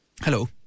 Hello